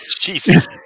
Jesus